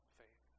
faith